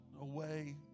away